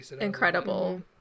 incredible